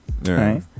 Right